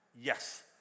Yes